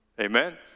Amen